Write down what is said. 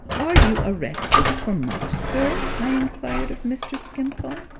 are you arrested for much, sir? i inquired of mr. skimpole.